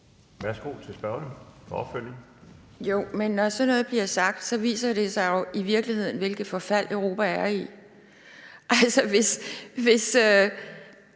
Værsgo. Kl. 13:06 Pia Kjærsgaard (DF): Men når sådan noget bliver sagt, viser det jo i virkeligheden, hvilket forfald Europa er i. Altså, hvis